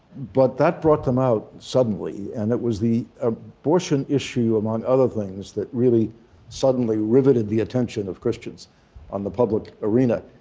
but that brought them out suddenly and it was the abortion issue, among other things, that really suddenly riveted the attention of christians on the public arena.